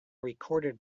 recorded